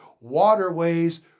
waterways